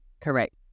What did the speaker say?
Correct